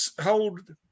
hold